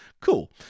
Cool